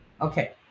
okay